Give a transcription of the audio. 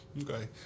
Okay